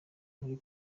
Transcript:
muri